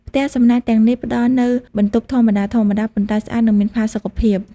ផ្ទះសំណាក់ ទាំងនេះផ្តល់នូវបន្ទប់ធម្មតាៗ ប៉ុន្តែស្អាត និងមានផាសុកភាព។